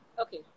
Okay